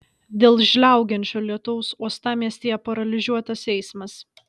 dėl žliaugiančio lietaus uostamiestyje paralyžiuotas eismas